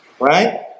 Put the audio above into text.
Right